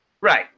Right